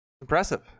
Impressive